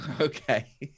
Okay